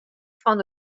fan